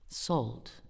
Salt